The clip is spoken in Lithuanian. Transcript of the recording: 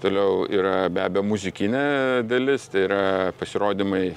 toliau yra be abejo muzikinė dalis tai yra pasirodymai